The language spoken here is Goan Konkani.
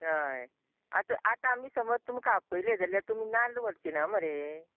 हय आतां आतां आमी समज तुमकां आफयले जाल्यार तुमी नाल्ल वरचीना मरे